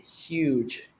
huge